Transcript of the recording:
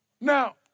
Now